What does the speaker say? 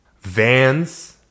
Vans